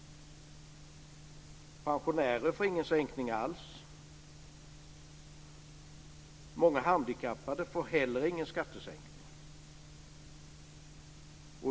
Pensionärer får ingen sänkning alls. Många handikappade får inte heller någon skattesänkning.